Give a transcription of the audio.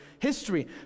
history